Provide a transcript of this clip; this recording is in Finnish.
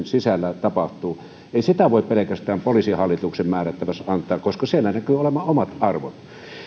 sisällä tapahtuu ei sitä voi pelkästään poliisihallituksen määrättäväksi antaa koska siellä näkyy olevan omat arvot